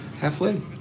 Halfway